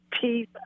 peace